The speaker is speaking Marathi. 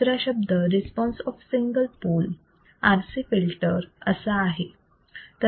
दुसरा शब्द response of single pole RC filter असा आहे